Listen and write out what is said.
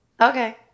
Okay